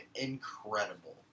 incredible